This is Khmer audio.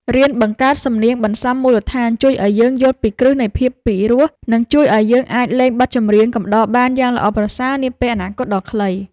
រៀនបង្កើតសំនៀងបន្សំមូលដ្ឋានជួយឱ្យយើងយល់ពីគ្រឹះនៃភាពពីរោះ និងជួយឱ្យយើងអាចលេងបទចម្រៀងកំដរបានយ៉ាងល្អប្រសើរនាពេលអនាគតដ៏ខ្លី។